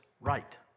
right